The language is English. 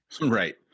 Right